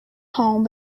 home